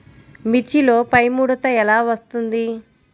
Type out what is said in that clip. మిర్చిలో పైముడత ఎలా వస్తుంది?